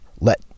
let